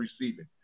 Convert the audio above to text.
receiving